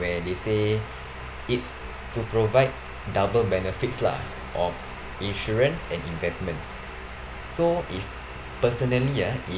where they say it's to provide double benefits lah of insurance and investments so if personally ah if